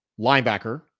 linebacker